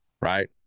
right